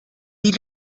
die